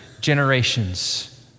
generations